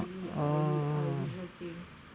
really a uh usual thing